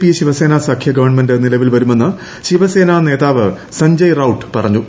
P Shiv Sena സഖ്യ government നിലവിൽ വരുമെന്ന് ശിവസേനാ നേതാവ് സഞ്ചയ് റൌട്ട് പറഞ്ഞു